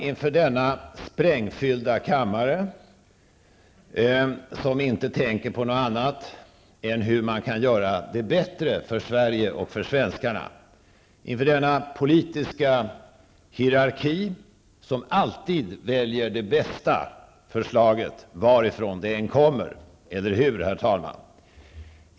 Inför denna sprängfyllda kammare, som inte tänker på något annat än hur man kan göra det bättre för Sverige och för svenskarna, inför denna politiska hierarki, som alltid väljer det bästa förslaget, varifrån det än kommer -- eller hur, herr talman?